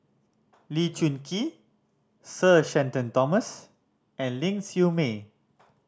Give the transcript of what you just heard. Lee Choon Kee Sir Shenton Thomas and Ling Siew May